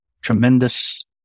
tremendous